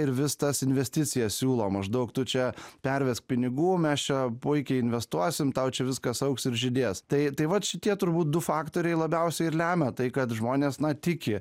ir vis tas investicijas siūlo maždaug tu čia pervesk pinigų mes čia puikiai investuosim tau čia viskas augs ir žydės tai tai va šitie turbūt du faktoriai labiausia ir lemia tai kad žmonės na tiki